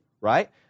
right